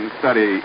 study